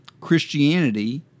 Christianity